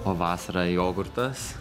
o vasarą jogurtas